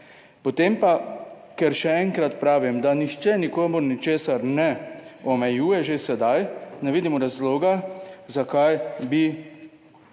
Potem pa, ker še enkrat pravim, da nihče nikomur ničesar ne omejuje, že sedaj, ne vidim razloga, zakaj bi